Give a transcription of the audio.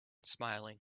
smiling